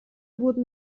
wurden